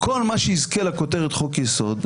כל מה שיזכה לכותרת חוק יסוד,